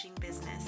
business